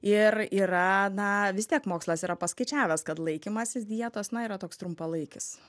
ir yra na vis tiek mokslas yra paskaičiavęs kad laikymasis dietos na yra toks trumpalaikis